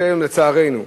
לצערנו,